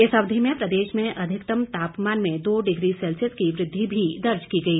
इस अवधि में प्रदेश में अधिकतम तापमान में दो डिग्री सेल्सियस की वृद्धि भी दर्ज की गई